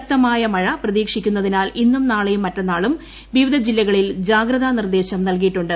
ശക്തമായ മഴ പ്രതീക്ഷിക്കുന്നതിനാൽ ഇന്നും നാളെയും മറ്റന്നാളും വിവിധ ജില്ലകളിൽ ജാഗ്രതാ നിർദ്ദേശം നൽകിയിട്ടുണ്ട്